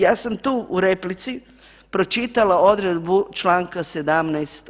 Ja sam tu u replici pročitala odredbu Članka 17.